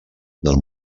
del